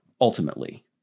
ultimately